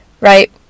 right